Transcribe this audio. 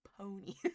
pony